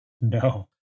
No